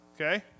Okay